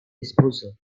disposal